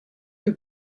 que